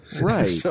Right